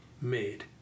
made